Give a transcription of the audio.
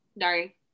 sorry